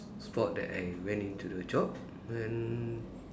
spot that I went into the job then